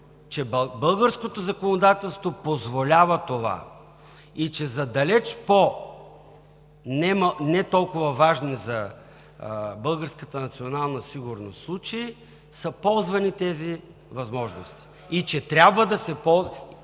че българското законодателство позволява това и че за далеч по не толкова важни за българската национална сигурност случаи са ползвани тези възможности. Нашето твърдение е,